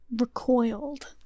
recoiled